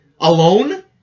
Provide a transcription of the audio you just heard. alone